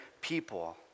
people